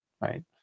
right